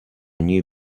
new